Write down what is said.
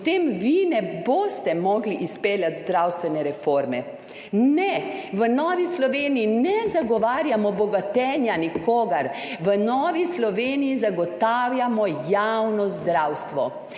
potem vi ne boste mogli izpeljati zdravstvene reforme. Ne, v Novi Sloveniji ne zagovarjamo bogatenja nikogar. V Novi Sloveniji zagotavljamo javno zdravstvo